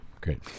Great